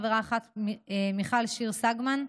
חברה אחת: מיכל שיר סגמן,